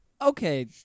Okay